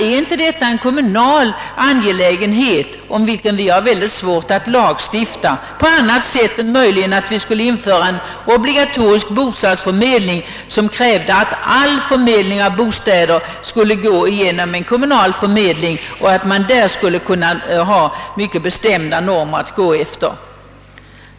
Är inte detta en kommunal angelägenhet, om vilken vi har mycket svårt att lagstifta på annat sätt än möjligen genom att införa en obligatorisk kommunal förmedling av alla bostäder med mycket bestämda normer att gå efter?